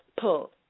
pull